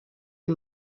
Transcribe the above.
amb